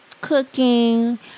cooking